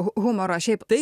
humoro šiaip